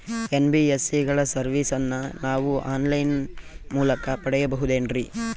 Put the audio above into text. NBSC ಗಳ ಸರ್ವಿಸನ್ನ ನಾವು ಆನ್ ಲೈನ್ ಮೂಲಕ ಪಡೆಯಬಹುದೇನ್ರಿ?